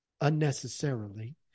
unnecessarily